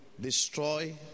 destroy